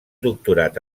doctorat